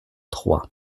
trois